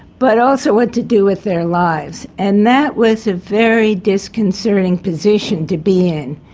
but also what to do with their lives, and that was a very disconcerting position to be in.